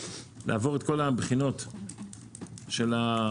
לעבור את כל הבחינות של התקנים,